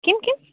किं किं